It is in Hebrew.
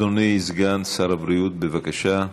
אדוני סגן שר הבריאות, בבקשה.